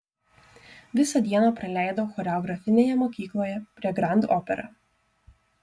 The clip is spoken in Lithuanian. visą dieną praleidau choreografinėje mokykloje prie grand opera